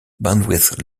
bandwidth